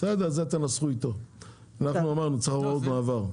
בסדר זה תנסו איתו אנחנו אמרנו הוראות מעבר.